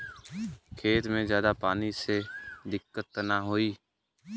खेत में ज्यादा पानी से दिक्कत त नाही होई?